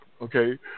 okay